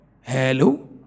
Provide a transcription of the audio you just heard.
Hello